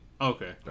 Okay